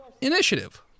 Initiative